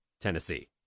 Tennessee